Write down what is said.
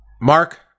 Mark